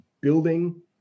building